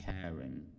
caring